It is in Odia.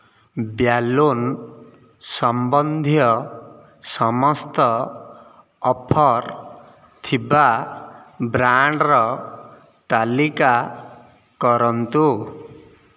ବ୍ୟାଲୁନ୍ ସମ୍ବନ୍ଧୀୟ ସମସ୍ତ ଅଫର୍ ଥିବା ବ୍ରାଣ୍ଡ୍ର ତାଲିକା କରନ୍ତୁ